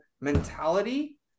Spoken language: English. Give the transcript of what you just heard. mentality